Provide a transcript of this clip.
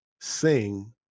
sing